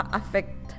affect